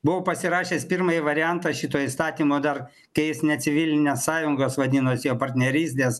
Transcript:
buvau pasirašęs pirmąjį variantą šito įstatymo dar kai jis ne civilinės sąjungos vadinosi o partnerystės